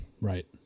Right